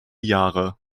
jahre